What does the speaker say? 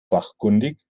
fachkundig